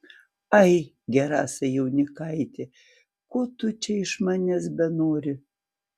ai gerasai jaunikaiti ko tu čia iš manęs benori